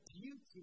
beauty